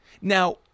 now